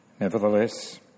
Nevertheless